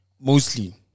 mostly